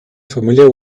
familiar